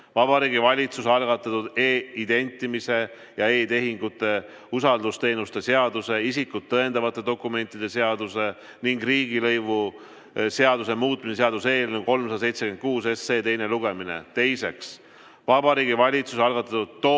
Vabariigi Valitsuse algatatud e-identimise ja e-tehingute usaldusteenuste seaduse, isikut tõendavate dokumentide seaduse ning riigilõivuseaduse muutmise seaduse eelnõu 376 teine lugemine. Teiseks, Vabariigi Valitsuse algatatud toote